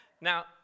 Now